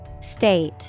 State